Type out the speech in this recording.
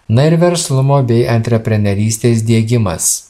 na ir verslumo bei antreprenerystės diegimas